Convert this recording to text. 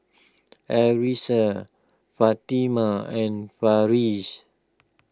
Arissa Fatimah and Farish